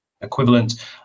equivalent